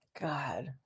God